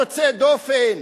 יוצא דופן,